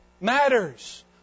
matters